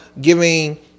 giving